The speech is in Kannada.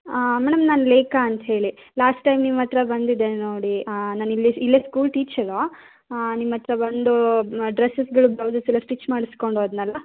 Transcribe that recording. ಮೇಡಮ್ ನಾನು ಲೇಖಾ ಅಂತೇಳಿ ಲಾಸ್ಟ್ ಟೈಮ್ ನಿಮ್ಮ ಹತ್ತಿರ ಬಂದಿದ್ದೆ ನೋಡಿ ನಾನು ಇಲ್ಲೇ ಇಲ್ಲೇ ಸ್ಕೂಲ್ ಟೀಚರು ನಿಮ್ಮ ಹತ್ತಿರ ಬಂದು ಡ್ರೆಸ್ಸಸ್ಗಳು ಬ್ಲೌಸಸ್ಸೆಲ್ಲ ಸ್ಟಿಚ್ ಮಾಡ್ಸ್ಕೊಂಡು ಹೋದೆನಲ್ಲ